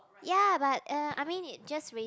ya but uh I mean it just raise